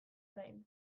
orain